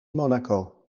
monaco